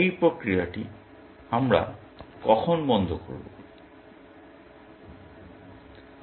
এই প্রক্রিয়াটি আমরা কখন বন্ধ করব